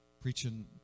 preaching